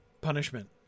punishment